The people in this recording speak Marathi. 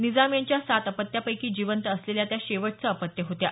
निजाम यांच्या सात अपत्यापैकी जिवंत असलेल्या त्या शेवटचं अपत्य होत्या